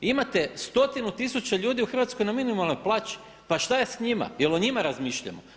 Imate stotinu tisuća ljudi u Hrvatskoj na minimalnoj plaći, pa šta je s njima je li o njima razmišljamo?